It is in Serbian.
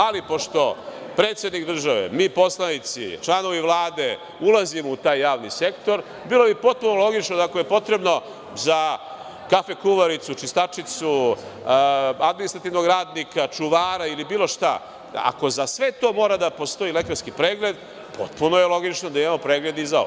Ali pošto predsednik države, mi poslanici, članovi Vlade, ulazimo u taj javni sektor, bilo bi potpuno logično, da ako je potrebno za kafe kuvaricu, čistačicu, administrativnog radnika, čuvara ili bilo šta, ako za sve to mora da postoji lekarski pregled, potpuno je logično da imamo pregled i za ovo.